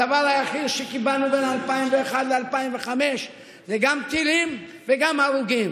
הדבר היחיד שקיבלנו בין 2001 ל-2005 זה גם טילים וגם הרוגים,